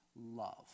love